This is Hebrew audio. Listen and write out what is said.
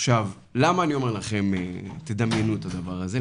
למה אני אומר לכם דמיינו את הדבר הזה?